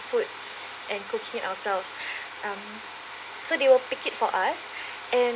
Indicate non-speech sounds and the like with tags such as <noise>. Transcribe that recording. food and cooking it ourselves <breath> um so they will pick it for us and